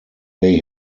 they